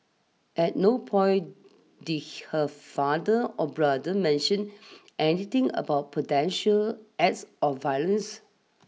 at no point did her father or brother mention anything about potential acts of violence